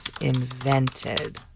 invented